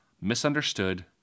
misunderstood